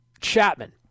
Chapman